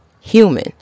human